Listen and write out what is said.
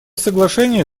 соглашение